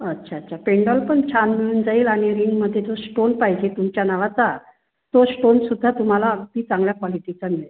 अच्छा अच्छा पेंडॉल पण छान मिळून जाईल आणि रिंगमध्ये जर श्टोन पाहिजे तुमच्या नावाचा तो श्टोनसुद्धा तुम्हाला अगदी चांगल्या क्वालिटीचा मिळेल